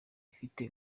ifite